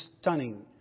stunning